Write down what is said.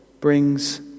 brings